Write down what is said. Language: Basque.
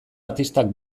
artistak